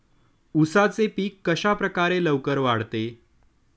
उसाचे पीक कशाप्रकारे लवकर वाढते?